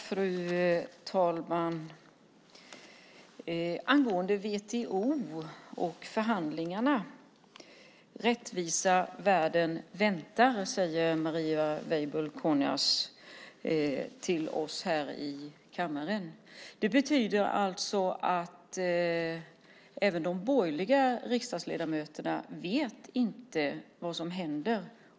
Fru talman! Angående WTO och förhandlingarna säger Marie Weibull Kornias till oss här i kammaren: Rättvisa - världen väntar. Det betyder alltså att inte heller de borgerliga riksdagsledamöterna vet vad som händer.